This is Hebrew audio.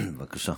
בבקשה.